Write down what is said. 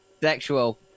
Sexual